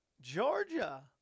Georgia